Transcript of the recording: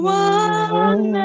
one